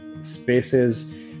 spaces